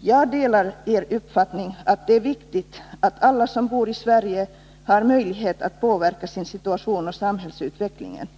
Jag delar er uppfattning att det är viktigt att alla som bor i Sverige har möjlighet att påverka sin situation och samhällsutvecklingen.